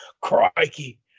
Crikey